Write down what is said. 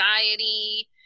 anxiety